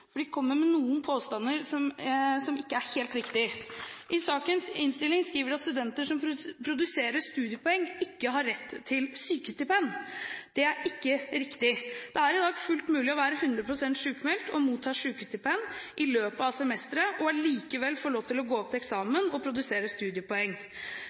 for de kommer med noen påstander som ikke er helt riktige. I sakens innstilling skriver de at studenter som produserer studiepoeng, ikke har rett til sykestipend. Det er ikke riktig. Det er i dag fullt mulig å være 100 pst. sykmeldt og motta sykestipend i løpet av semesteret og allikevel få lov til å gå opp til